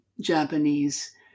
Japanese